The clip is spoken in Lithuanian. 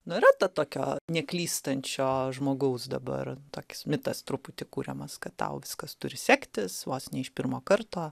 nu yra ta tokio neklystančio žmogaus dabar toks mitas truputį kuriamas kad tau viskas turi sektis vos ne iš pirmo karto